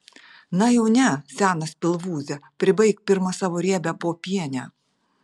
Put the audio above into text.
na jau ne senas pilvūze pribaik pirma savo riebią popienę